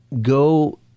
Go